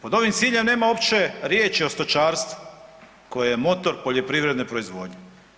Pod ovim ciljem nema uopće riječi o stočarstvu koje je motor poljoprivredne proizvodnje.